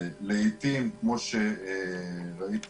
לעתים, כמו שראיתי